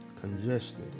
congested